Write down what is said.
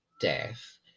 death